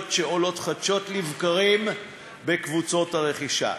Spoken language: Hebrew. שעולות חדשות לבקרים בקבוצות הרכישה.